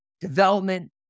development